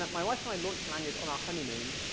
my wife and i launched lanyrd on our honeymoon.